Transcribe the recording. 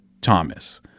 Thomas